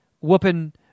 whooping